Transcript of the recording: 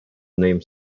names